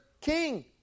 king